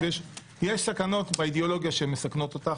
יש סכנות באידיאולוגיה שהן מסכנות אותך,